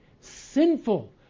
sinful